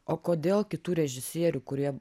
o kodėl kitų režisierių kurie